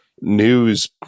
news